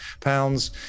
pounds